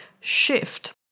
shift